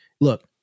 look